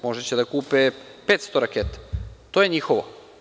Možda će da kupe 500 raketa, to je njihovo.